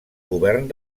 govern